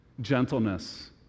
gentleness